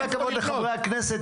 עם כל הכבוד לחברי הכנסת,